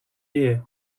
year